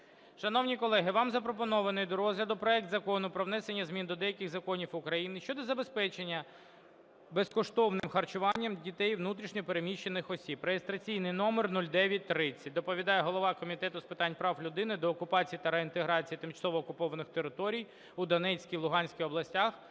Шановні колеги, вам запропонований до розгляду проект Закону про внесення змін до деяких законів України щодо забезпечення безкоштовним харчуванням дітей внутрішньо переміщених осіб (реєстраційний номер 0930). Доповідає голова Комітету з питань прав людини, деокупації та реінтеграції тимчасово окупованих територій у Донецькій, Луганській областях